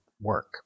work